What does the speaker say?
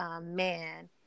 man